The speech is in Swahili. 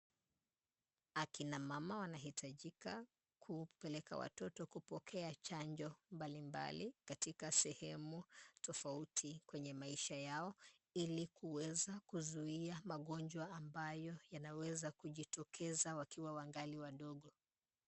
Akina mama wanahitajika kupeleka watoto kupokea chanjo mbalimbali katika sehemu tofauti kwenye maisha yao ili kuweza kuzuia magonjwa ambayo yanaweza kujitokeza wakiwa wangali wadogo.